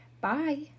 Bye